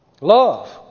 Love